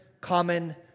common